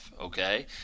Okay